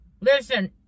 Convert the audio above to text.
Listen